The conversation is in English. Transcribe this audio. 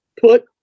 put